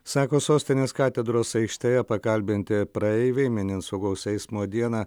sako sostinės katedros aikštėje pakalbinti praeiviai minint saugaus eismo dieną